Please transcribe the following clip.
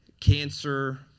cancer